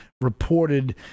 reported